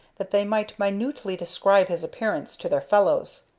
that they might minutely describe his appearance to their fellows.